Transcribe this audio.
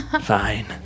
Fine